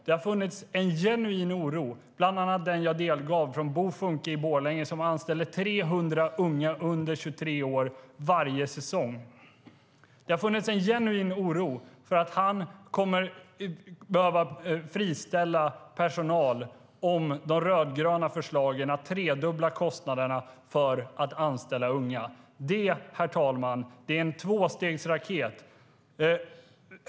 Det finns en genuin oro, bland annat den jag delgav från Bo Funcke i Borlänge som anställer 300 unga under 23 år varje säsong. Han är orolig för att han kommer att behöva friställa personal om de rödgröna får igenom förslagen om att tredubbla kostnaderna för att anställa unga. Herr talman!